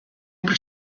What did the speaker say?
able